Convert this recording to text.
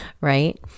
right